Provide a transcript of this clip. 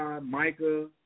Micah